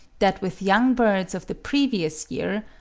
that with young birds of the previous year,